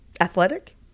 athletic